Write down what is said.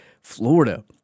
Florida